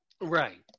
Right